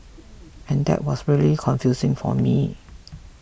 and what was really confusing for me